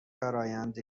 فرآیند